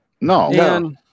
No